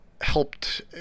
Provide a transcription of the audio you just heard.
helped